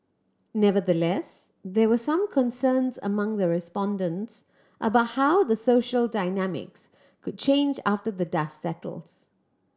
nevertheless there were some concerns among the respondents about how the social dynamics could change after the dust settles